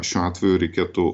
šiuo atveju reikėtų